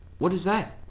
what is that?